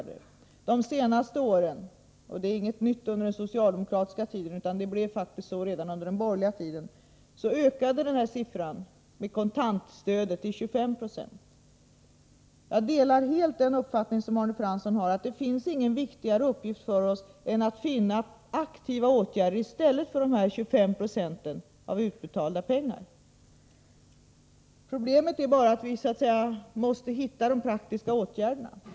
Under de senaste åren har siffran för kontantstödet ökat till 25 20. Det är inget nytt under den socialdemokratiska regeringstiden, utan det blev faktiskt så redan under den borgerliga regeringstiden. Jag delar helt Arne Franssons uppfattning att det inte finns någon viktigare uppgift för oss än att finna aktiva åtgärder i stället för ett passivt utbetalande av dessa 25 90 av de anslagna pengarna. Problemet är bara att vi måste hitta de praktiska åtgärderna.